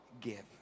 give